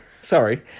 sorry